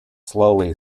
slowly